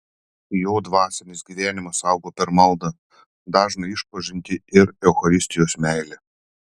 jo dvasinis gyvenimas augo per maldą dažną išpažintį ir eucharistijos meilę